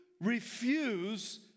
refuse